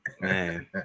man